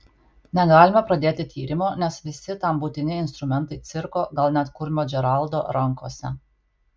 negalime pradėti tyrimo nes visi tam būtini instrumentai cirko gal net kurmio džeraldo rankose